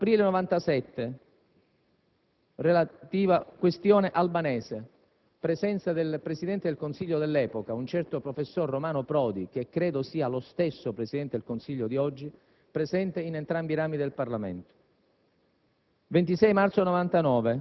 aprile 1997, questione albanese: presenza del Presidente del Consiglio dell'epoca, un certo professor Romano Prodi - credo sia lo stesso Presidente del Consiglio di oggi - in entrambi i rami del Parlamento;